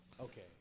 Okay